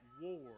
war